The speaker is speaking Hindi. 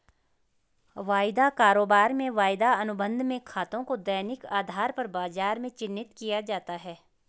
वायदा कारोबार में वायदा अनुबंध में खातों को दैनिक आधार पर बाजार में चिन्हित किया जाता है